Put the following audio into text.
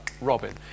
Robin